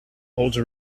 hold